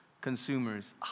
consumers